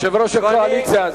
יושב-ראש הקואליציה,